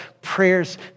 prayers